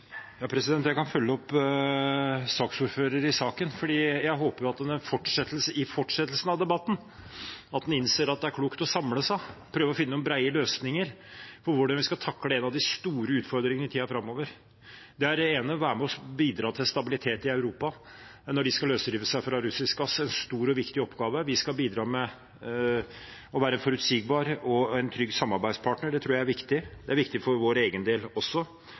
klokt å samle seg og prøve å finne noen brede løsninger på hvordan vi skal takle en av de store utfordringene i tiden framover. Det er det ene – å være med og bidra til stabilitet i Europa når de skal løsrive seg fra russisk gass, er en stor og viktig oppgave. Vi skal bidra ved å være en forutsigbar og trygg samarbeidspartner. Det tror jeg er viktig. Det er viktig for vår egen del også.